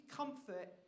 comfort